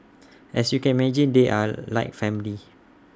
as you can imagine they are like family